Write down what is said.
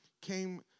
came